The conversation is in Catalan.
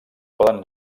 poden